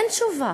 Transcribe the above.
אין תשובה.